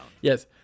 Yes